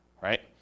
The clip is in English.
right